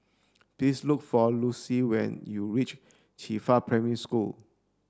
please look for Lucile when you reach Qifa Primary School